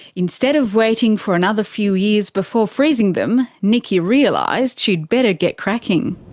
instead of waiting for another few years before freezing them, nikki realised she'd better get cracking.